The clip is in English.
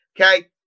okay